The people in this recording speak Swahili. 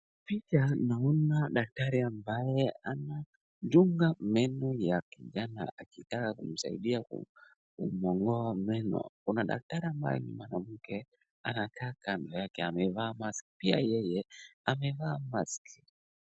Picha naona daktari ambaye anadunga meno ya kijana akitaka kumsaidia kumngoa meno, kuna daktari ambaye ni mwanamke anakaa kando yake amevaa mask , pia yeye amevaa mask .